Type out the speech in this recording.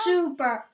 Super